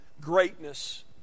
greatness